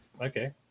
Okay